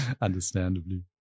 understandably